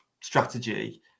strategy